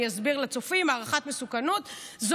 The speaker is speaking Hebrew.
אני אסביר לצופים: הערכת מסוכנות זה